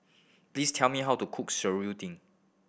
please tell me how to cook seruding